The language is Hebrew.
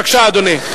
בבקשה, אדוני.